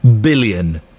billion